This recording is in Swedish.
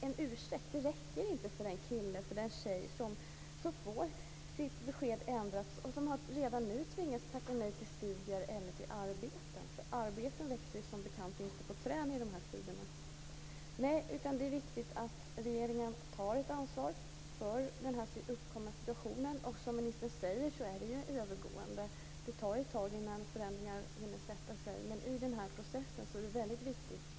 En ursäkt räcker inte för den kille eller tjej som får sitt besked ändrat och som redan nu har tvingats tacka nej till studier eller arbete. Arbeten växer som bekant inte på träd i dessa tider. Det är viktigt att regeringen tar ett ansvar för den här uppkomna situationen. Som ministern säger är det övergående. Det tar ett tag innan förändringar hinner sätta sig, men i den här processen är det väldigt viktigt.